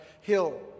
hill